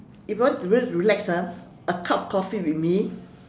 if you want to just relax ah a cup of coffee with me